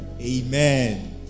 Amen